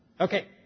Okay